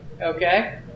Okay